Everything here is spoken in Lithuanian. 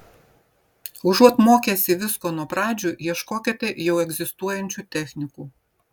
užuot mokęsi visko nuo pradžių ieškokite jau egzistuojančių technikų